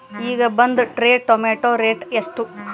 ಈಗ ಒಂದ್ tray tomato rate ಎಷ್ಟ?